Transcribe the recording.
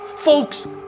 Folks